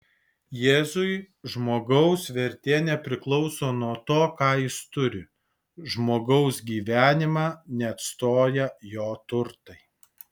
jėzui žmogaus vertė nepriklauso nuo to ką jis turi žmogaus gyvenimą neatstoja jo turtai